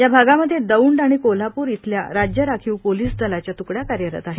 या भागामध्ये दौंड आणि कोल्हापूर येथील राज्य राखीव पोलीस बलाच्या त्कड्या कार्यरत आहेत